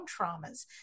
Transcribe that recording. traumas